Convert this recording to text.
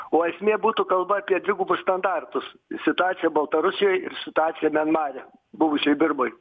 o esmė būtų kalba apie dvigubus standartus situacija baltarusijoj ir situacija mianmare buvusioj birmoj